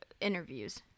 interviews